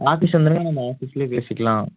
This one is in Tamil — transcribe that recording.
ஆஃபீஸ் வந்தீங்கன்னால் நாம ஆபீஸ்லயே பேசிக்கலாம்